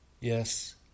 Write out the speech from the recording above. Yes